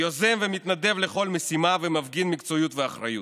יוזם ומתנדב לכל משימה ומפגין מקצועיות ואחריות.